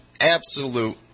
absolute